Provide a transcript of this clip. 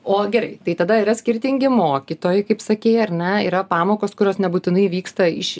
o gerai tai tada yra skirtingi mokytojai kaip sakei ar ne yra pamokos kurios nebūtinai vyksta iš